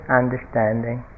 understanding